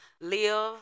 live